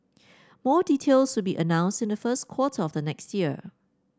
more details will be announced in the first quarter of the next year